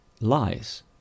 lies